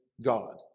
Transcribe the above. God